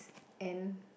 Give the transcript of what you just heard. and